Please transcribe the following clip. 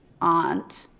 aunt